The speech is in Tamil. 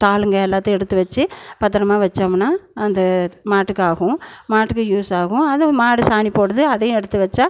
தாளுங்கள் எல்லாத்தையும் எடுத்து வெச்சு பத்திரமா வைச்சோமுன்னா அது மாட்டுக்காகும் மாட்டுக்கு யூஸ் ஆகும் அது மாடு சாணி போடுவது அதையும் எடுத்து வெச்சால்